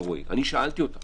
שאלתי אותה: